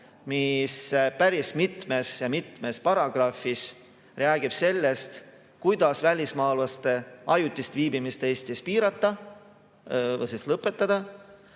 mis päris mitmes ja mitmes paragrahvis räägib sellest, kuidas välismaalaste ajutist viibimist Eestis piirata või lõpetada,